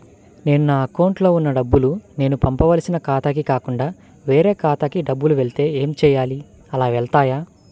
నేను నా అకౌంట్లో వున్న డబ్బులు నేను పంపవలసిన ఖాతాకి కాకుండా వేరే ఖాతాకు డబ్బులు వెళ్తే ఏంచేయాలి? అలా వెళ్తాయా?